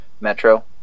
Metro